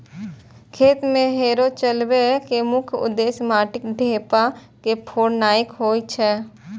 खेत मे हैरो चलबै के मुख्य उद्देश्य माटिक ढेपा के फोड़नाय होइ छै